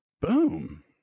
Boom